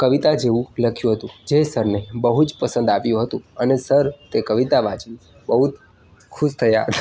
કવિતા જેવુ લખ્યું હતું જે સરને બહુ જ પસંદ આવ્યું હતું અને સર તે કવિતા વાંચી બહુ જ ખુશ થયા